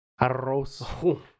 Arroz